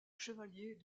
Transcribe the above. chevalier